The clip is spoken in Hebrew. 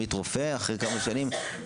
עמית הרופא להיות רופא,